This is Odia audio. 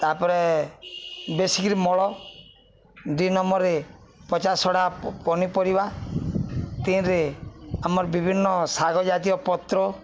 ତା'ପରେ ବେଶିକିରି ମଳ ଦୁଇ ନମ୍ବରେ ପଚା ସଢ଼ା ପନିପରିବା ତିନିରେ ଆମର ବିଭିନ୍ନ ଶାଗଜାତୀୟ ପତ୍ର